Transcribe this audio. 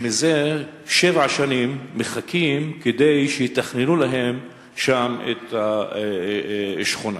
שמזה שבע שנים מחכות כדי שיתכננו להם שם את השכונה.